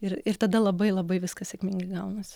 ir ir tada labai labai viskas sėkmingai gaunasi